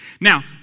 Now